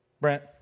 Brent